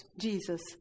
Jesus